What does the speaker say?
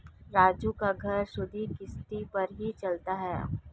राजू का घर सुधि किश्ती पर ही चलता है